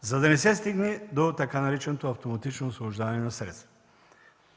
за да не се стигне до така нареченото „автоматично освобождаване на средства”.